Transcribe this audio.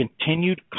continued